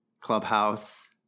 Clubhouse